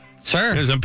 sir